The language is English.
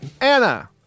Anna